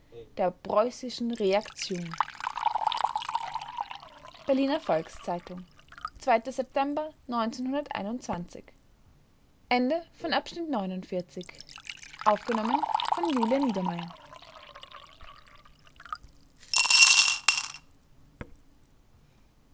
der preußischen reaktion berliner volks-zeitung september